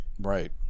Right